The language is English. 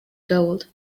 gold